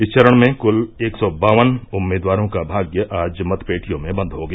इस चरण में कुल एक सौ बावन उम्मीदवारों का भाग्य आज मतपेटियों में बन्द हो गया